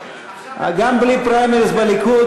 גם בלי פריימריז בליכוד,